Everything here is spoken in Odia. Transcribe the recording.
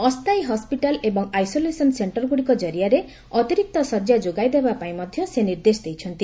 ଅସ୍ଥାୟୀ ହସ୍ପିଟାଲ ଏବଂ ଆସୋଲେସନ ସେଷ୍ଟରଗ୍ରଡିକ ଜରିଆରେ ଅତିରିକ୍ତ ବେଡ ଯୋଗାଇ ଦେବା ପାଇଁ ମଧ୍ୟ ସେ ନିର୍ଦ୍ଦେଶ ଦେଇଛନ୍ତି